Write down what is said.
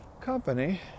company